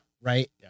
right